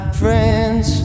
friends